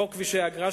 חוק כבישי אגרה,